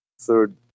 third